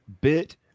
bit